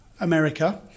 America